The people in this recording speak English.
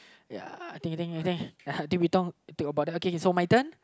ya think about it okay so my turn